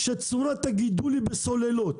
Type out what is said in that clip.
שצורת הגידול היא בסוללות.